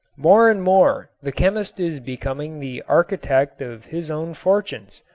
more and more the chemist is becoming the architect of his own fortunes.